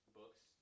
books